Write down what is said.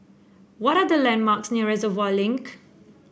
what are the landmarks near Reservoir Link